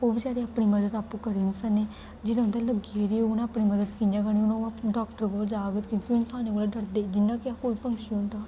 ओह् बचैरे अपनी मदद आपूं करी निं सकने जिल्लै उं'दे लग्गी गेदी होग उ'नें अपनी मदद कि'यां करनी हून ओह् आपूं डाक्टर कोल जाग क्योंकि ओह् इंसानें कोला डरदे जियां कि अस कोई पंछी होंदा